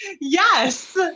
Yes